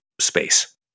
space